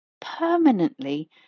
permanently